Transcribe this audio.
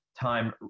time